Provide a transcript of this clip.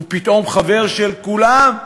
הוא פתאום חבר של כולם,